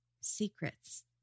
Secrets